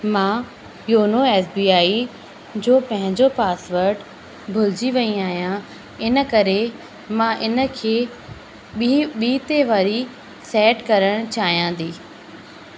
मां YONO S B I जो पंहिंजो पासवर्ड भुलिजी वई आहियां इन करे मां इनखे ॿी ॿिए ते वरी सेट करण चाहियां थी